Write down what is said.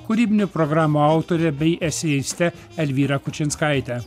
kūrybinių programų autore bei eseiste elvyra kučinskaite